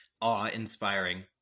awe-inspiring